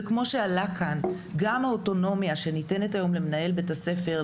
וכמו שעלה כאן גם האוטונומיה שניתנת היום למנהל בית-הספר,